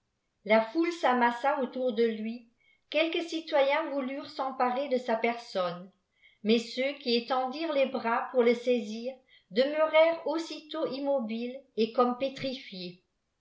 la foule s'amassa autour de lui quelques citoyens voulurent s'emparer de sa personne mais jeux qui étendirent les bras pour le saisir demeurèrent aussitôt immobiles et comme pétrifiés